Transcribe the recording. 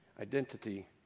identity